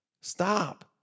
Stop